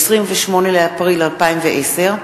התשע"א 2010,